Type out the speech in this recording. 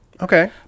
Okay